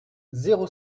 zéro